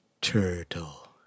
Turtle